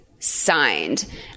Signed